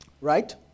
right